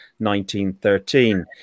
1913